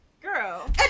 Girl